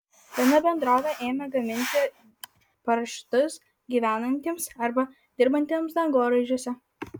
viena bendrovė ėmė gaminti parašiutus gyvenantiems arba dirbantiems dangoraižiuose